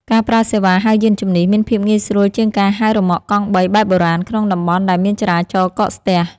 ការប្រើសេវាហៅយានជំនិះ មានភាពងាយស្រួលជាងការហៅរ៉ឺម៉កកង់បីបែបបុរាណក្នុងតំបន់ដែលមានចរាចរណ៍កកស្ទះ។